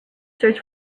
search